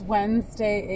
Wednesday